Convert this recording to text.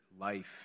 life